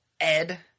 Ed